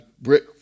brick